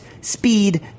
speed